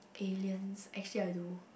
aliens actually I do